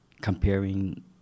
comparing